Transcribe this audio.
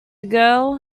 girl